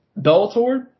Bellator